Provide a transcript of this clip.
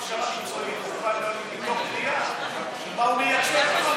הכשרה מקצועית מתוך ראייה של מה הוא מייצר.